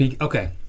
okay